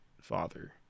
father